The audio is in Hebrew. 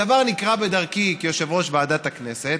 הדבר נקרה בדרכי כיושב-ראש ועדת הכנסת,